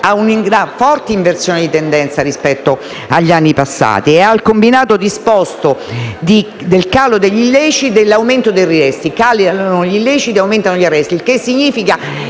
a una forte inversione di tendenza rispetto agli anni passati e al combinato disposto del calo degli illeciti e dell'aumento degli arresti: calano gli illeciti e aumentano gli arresti; il che significa